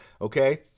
okay